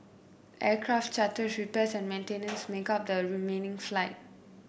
aircraft charters repairs and maintenance make up the remaining flight